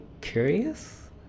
curious